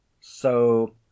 So